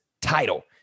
title